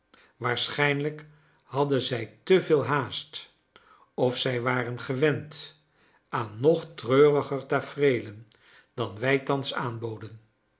waarschijnlijk hadden zij te veel haast of zij waren gewend aan nog treuriger tafereelen dan wij thans aanboden